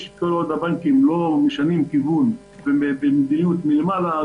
שכל עוד הבנקים לא משנים כיוון במדיניות מלמעלה,